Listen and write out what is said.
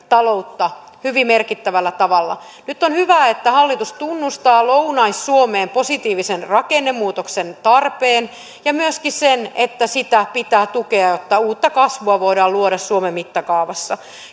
taloutta hyvin merkittävällä tavalla nyt on hyvä että hallitus tunnustaa lounais suomen positiivisen rakennemuutoksen tarpeen ja myöskin sen että sitä pitää tukea jotta uutta kasvua voidaan luoda suomen mittakaavassa